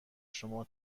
شما